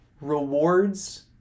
rewards